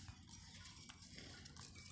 NBF ಸಂಸ್ಥಾ ಯಾವ ಸೇವಾ ಒದಗಿಸ್ತಾವ?